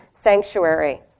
sanctuary